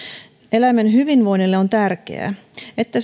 eläimen hyvinvoinnille on tärkeää että